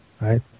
Right